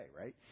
right